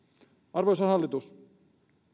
arvoisa hallitus